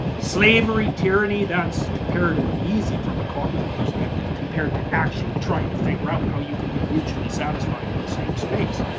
slavery, tyranny that's comparatively easy from a cognitive perspective, compared to actually trying to figure how you can be mutually satisfied in the same space,